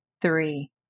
three